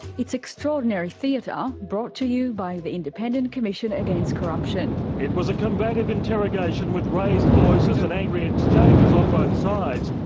it's extraordinary theatre, brought to you by the independent commission against corruption. it was a combative interrogation with raised voices and angry exchanges on both sides.